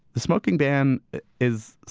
the smoking ban is.